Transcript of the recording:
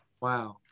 Wow